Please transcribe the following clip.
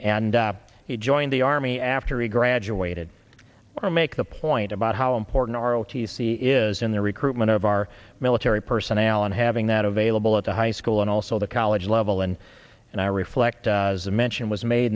and he joined the army after he graduated or make the point about how important our o t c is in the recruitment of our military personnel and having that available at the high school and also the college level and and i reflect a mention was made